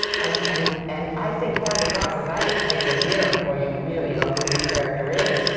and and and i think part of the process, i think it takes a year before you really know who this character is.